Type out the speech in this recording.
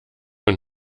und